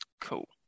Cool